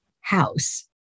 house